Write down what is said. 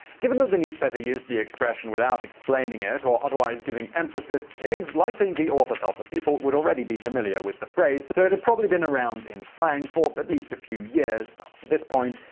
given that the newspaper used the expression without explaining it or otherwise giving emphasis, it is likely the author felt that people would already be familiar with the phrase, so it had probably been around in slang for at least a few years up to this point,